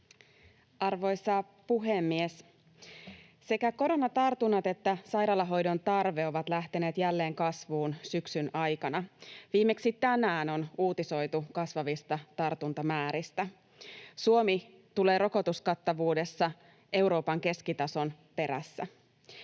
Arvoisa puhemies! Sekä koronatartunnat että sairaalahoidon tarve ovat lähteneet jälleen kasvuun syksyn aikana. Viimeksi tänään on uutisoitu kasvavista tartuntamääristä. Suomi tulee rokotuskattavuudessa Euroopan keskitason perässä.